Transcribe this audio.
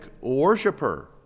worshiper